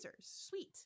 Sweet